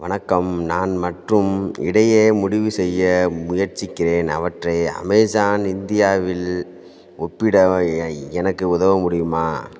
வணக்கம் நான் மற்றும் இடையே முடிவு செய்ய முயற்சிக்கிறேன் அவற்றை அமேசான் இந்தியாவில் ஒப்பிட எ எனக்கு உதவ முடியுமா